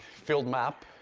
filled map.